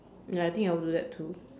ya I think I will do that too